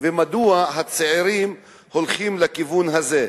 ומדוע הצעירים הולכים לכיוון הזה.